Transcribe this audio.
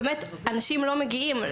אנשים לא מגיעים.